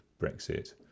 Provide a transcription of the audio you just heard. Brexit